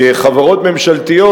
שבחברות ממשלתיות,